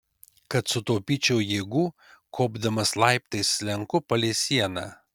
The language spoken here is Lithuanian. kad sutaupyčiau jėgų kopdamas laiptais slenku palei sieną